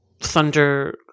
thunder